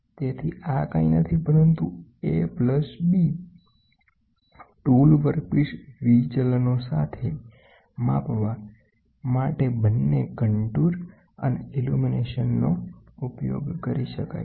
તેથી આકંઈ નથી પરંતુ A વતા B ટૂલ વર્કપીસની વિચલનો સાથે માપવા માટે બંને કન્ટૂર અને ઇલ્યુમીનેશનનો ઉપયોગ કરી શકાય છે